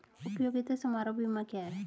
उपयोगिता समारोह बीमा क्या है?